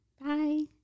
Bye